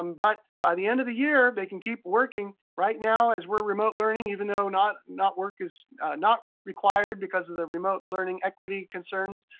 um but by the end of the year, they can keep working. right now as we're remote learning, even though not not work is not required because of the remote learning equity concerns,